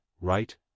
Right